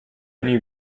ogni